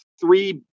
three